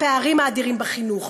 הפערים האדירים בחינוך,